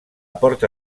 porta